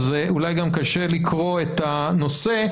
אולי גם קשה לקרוא את הנושא,